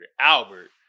Albert